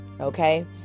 Okay